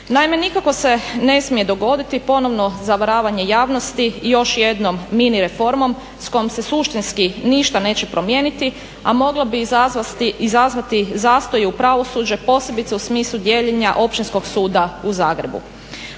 Naime, nikako se ne smije dogoditi ponovno zavaravanje javnosti još jednom mini reformom s kojom se suštinski ništa neće promijeniti, a mogla bi izazvati zastoje u pravosuđu, posebice u smislu dijeljenja Općinskog suda u Zagrebu.